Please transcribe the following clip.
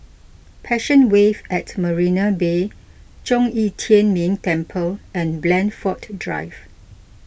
Passion Wave at Marina Bay Zhong Yi Tian Ming Temple and Blandford Drive